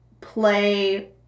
play